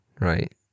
right